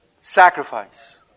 Sacrifice